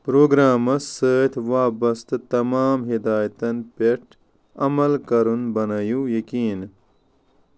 programmes سۭتۍ وابسطہٕ تمام ہِدایتن پیٚٹھ عمل كرُن بَنٲیِو یٔقیٖن